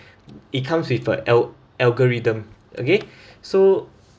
it comes with a al~ algorithm okay so